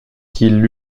qu’il